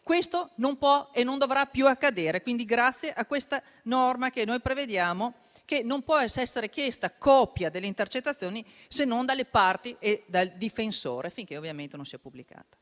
Questo non potrà e non dovrà più accadere: grazie alla norma che noi introduciamo, non può essere chiesta copia delle intercettazioni se non dalle parti e dal difensore, finché ovviamente non sia pubblicata.